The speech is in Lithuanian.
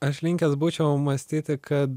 aš linkęs būčiau mąstyti kad